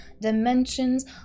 dimensions